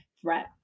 threat